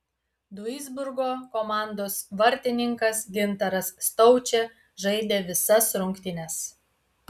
duisburgo komandos vartininkas gintaras staučė žaidė visas rungtynes